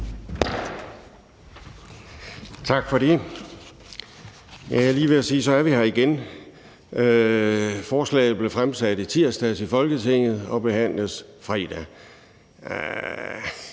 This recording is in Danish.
Tak for det. Jeg er lige ved at sige: Så er vi her igen. Forslaget blev fremsat i Folketinget i tirsdags og behandles fredag.